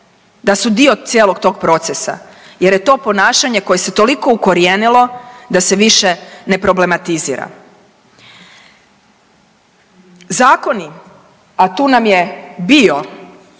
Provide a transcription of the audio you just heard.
da su dio cijelog tog procesa jer je to ponašanje koje se toliko ukorijenilo da se više ne problematizira. Zakoni, a tu nam je bio